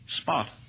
spot